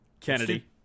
Kennedy